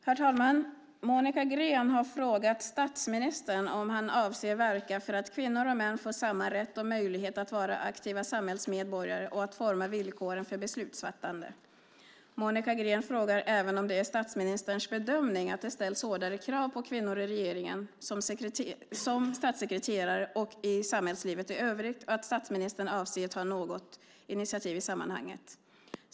Herr talman! Monica Green har frågat statsministern om han avser att verka för att kvinnor och män får samma rätt och möjlighet att vara aktiva samhällsmedborgare och att forma villkoren för beslutsfattande. Monica Green frågar även om det är statsministerns bedömning att det ställs hårdare krav på kvinnor i regeringen, som statssekreterare och i samhällslivet i övrigt, och om statsministern avser att ta något initiativ i sammanhanget.